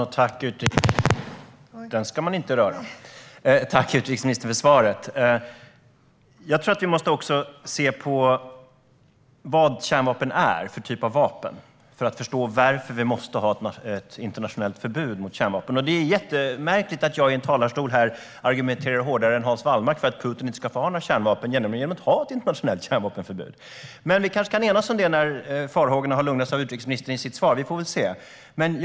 Herr talman! Tack, utrikesministern, för svaret! Vi måste nog också se på vad kärnvapen är för typ av vapen för att förstå varför man måste ha ett internationellt förbud mot kärnvapen. Det är jättemärkligt att jag i talarstolen argumenterar hårdare än Hans Wallmark för att Putin inte ska få ha några kärnvapen genom att man ska ha ett internationellt kärnvapenförbud. Men vi kan kanske enas om det när farhågorna har lugnats av utrikesministerns svar. Vi får väl se.